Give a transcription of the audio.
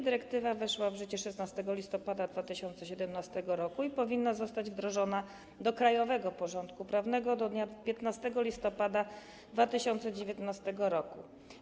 Dyrektywa weszła w życie 16 listopada 2017 r. i powinna zostać wdrożona do krajowego porządku prawnego do dnia 15 listopada 2019 r.